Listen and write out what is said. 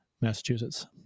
Massachusetts